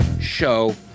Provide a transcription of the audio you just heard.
show